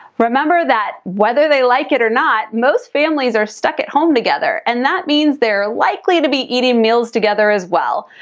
remember that whether they like it or not, most families are stuck at home together, and that means they're likely to be eating meals together as well.